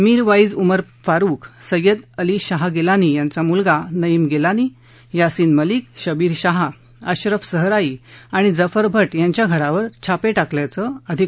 मीर वाइज उमर फारुख सैयद अली शाह गिलानी यांचा मुलगा नईम गिलानी यासिन मलिक शबीर शहा अशरफ सहराई आणि जफर भाायांच्या घरावर छापे किल्याचं अधिकाऱ्यांनी सांगितलं